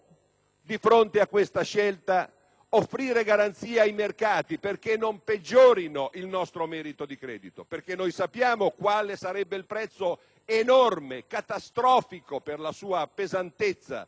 Di fronte a questa scelta, come si possono offrire garanzie ai mercati perché non peggiorino il nostro merito di credito? Noi sappiamo infatti quale sarebbe il prezzo enorme, catastrofico per la sua pesantezza,